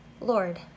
Lord